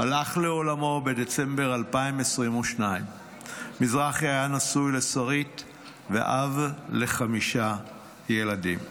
הוא הלך לעולמו בדצמבר 2022. מזרחי היה נשוי לשרית ואב לחמישה ילדים.